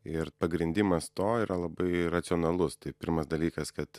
ir pagrindimas to yra labai racionalus tai pirmas dalykas kad